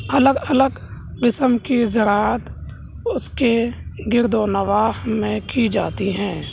الگ الگ قسم کی زراعت اس کے گرد و نواح میں کی جاتی ہیں